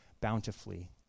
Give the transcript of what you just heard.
bountifully